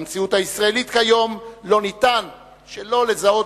במציאות הישראלית כיום לא ניתן שלא לזהות